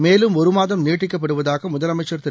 மேலும் ஒருமாதம் நீட்டிக்கப்படுவதாகமுதலமைச்ச் திரு